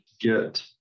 get